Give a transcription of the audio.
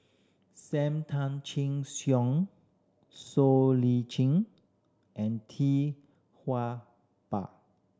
Sam Tan Chin Siong Siow Lee Chin and Tee Tua Ba